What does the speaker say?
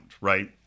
right